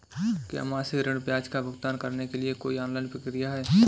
क्या मासिक ऋण ब्याज का भुगतान करने के लिए कोई ऑनलाइन प्रक्रिया है?